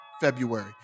February